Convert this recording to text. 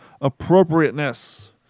appropriateness